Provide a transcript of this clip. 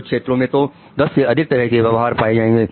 कुछ क्षेत्रों में तो 10 से अधिक तरह के व्यवहार पाए जाते हैं